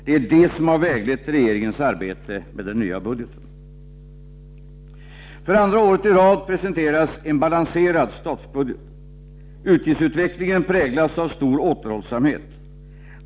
Det är det som har väglett regeringens arbete med den nya budgeten. För andra året i rad presenteras en balanserad budget. Utgiftsutvecklingen präglas av stor återhållsamhet.